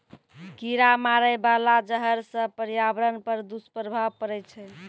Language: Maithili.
कीरा मारै बाला जहर सँ पर्यावरण पर दुष्प्रभाव पड़ै छै